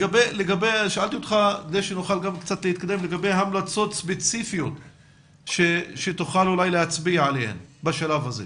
שאלתי אותך לגבי המלצות ספציפיות שתוכל אולי להצביע עליהן בשלב הזה.